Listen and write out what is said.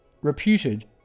Reputed